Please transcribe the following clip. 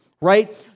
right